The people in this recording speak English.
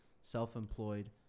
self-employed